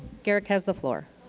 garrick has the floor.